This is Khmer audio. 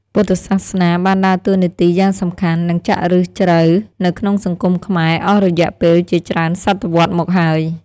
ពុទ្ធសាសនាបានដើរតួនាទីយ៉ាងសំខាន់ និងចាក់ឫសជ្រៅនៅក្នុងសង្គមខ្មែរអស់រយៈពេលជាច្រើនសតវត្សរ៍មកហើយ។